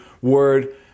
word